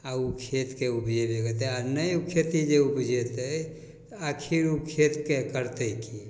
आओर ओ खेतके उपजेबे करतै आओर नहि खेती जे उपजेतै आखिर ओ खेतके करतै कि अँइ